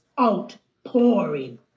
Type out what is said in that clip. outpouring